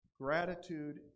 gratitude